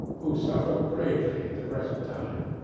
who suffer greatly at the present time.